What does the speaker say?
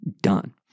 done